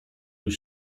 już